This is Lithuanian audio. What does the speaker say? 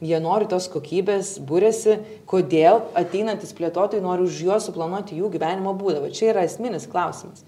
jie nori tos kokybės buriasi kodėl ateinantys plėtotojai nori už juos suplanuoti jų gyvenimo būdą va čia yra esminis klausimas